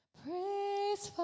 praise